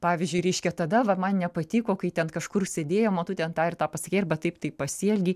pavyzdžiui reiškia tada va man nepatiko kai ten kažkur sėdėjom o tu ten tą ir tą pasakei arba taip taip pasielgei